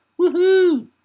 Woohoo